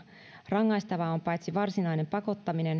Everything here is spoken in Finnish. rangaistavaa on paitsi varsinainen pakottaminen